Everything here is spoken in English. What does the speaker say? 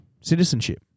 citizenship